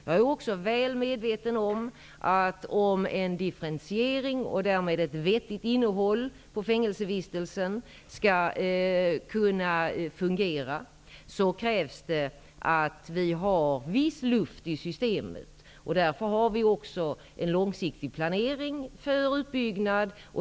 Jag är också väl medveten om, att om en differentiering och därmed ett vettigt innehåll i fängelsevistelsen skall kunna fungera, krävs det att vi har viss luft i systemet. Därför har vi också en långsiktig planering för utbyggnad.